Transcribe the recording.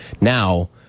Now